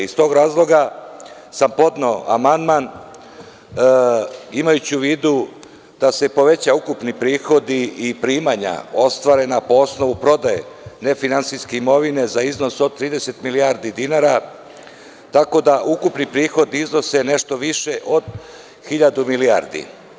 Iz tog razloga sam podneo amandman, imajući u vidu da se povećaju ukupni prihodi i primanja ostvarena po osnovu prodaje nefinansijske imovine za iznos od 30 milijardi dinara, tako da ukupni prihodi iznose nešto više od hiljadu milijardi.